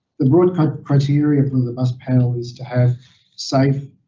the broad kind of criteria for the bus panel is to have safe,